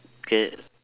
get